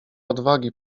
odwagi